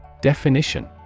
Definition